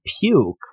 puke